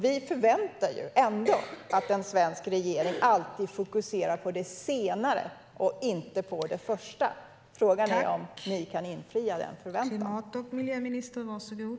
Vi förväntar oss ändå att en svensk regering alltid fokuserar på det senare och inte på det förra. Frågan är om ni kan infria den förväntan.